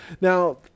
Now